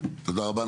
תודה רבה.